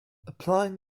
applying